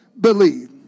believe